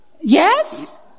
Yes